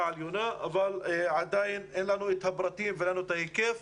העליונה אבל עדיין אין לנו את הפרטים ואין לנו את ההיקף.